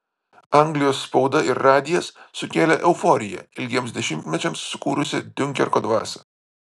anglijos spauda ir radijas sukėlė euforiją ilgiems dešimtmečiams sukūrusią diunkerko dvasią